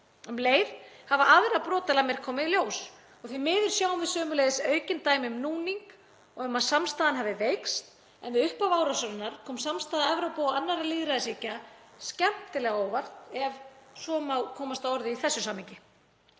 Um leið hafa aðrar brotalamir komið í ljós og því miður sjáum við sömuleiðis aukin dæmi um núning og um að samstaðan hafi veikst, en við upphaf árásarinnar kom samstaða Evrópu og annarra lýðræðisríkja skemmtilega á óvart, ef svo má komast að orði í þessu samhengi.